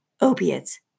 opiates